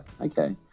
okay